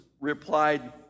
replied